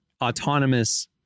autonomous